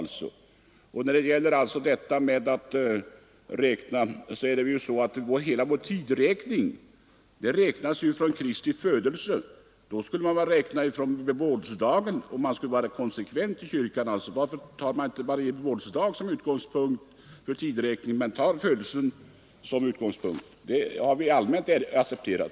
När det gäller sättet att räkna ålder bygger ju hela vår tideräkning på Kristi födelse. Om man vore konsekvent inom kyrkan borde man väl räkna från bebådelsedagen. Varför tar man inte Marie Bebådelsedag som utgångspunkt för tideräkningen utan Kristi födelse? Det har vi allmänt accepterat.